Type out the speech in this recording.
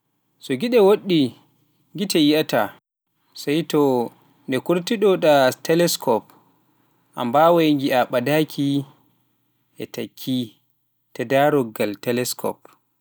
so geɗe woɗɗi gite yi'iata, sai to nde kuutorto-ɗaa teleskop, a mbawaai ngiia ɓadaaki e takki ta daroggal teleskop.